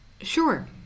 Sure